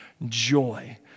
Joy